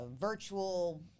virtual